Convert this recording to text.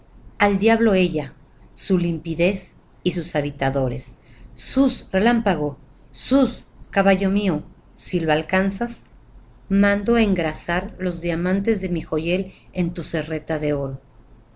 al diablo ella su limpidez y sus habitadores sus relámpago sus caballo mío si lo alcanzas mando engarzar los diamantes de mi joyel en tu serreta de oro